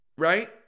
Right